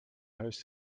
huis